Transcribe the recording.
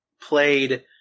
played